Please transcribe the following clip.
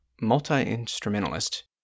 multi-instrumentalist